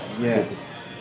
Yes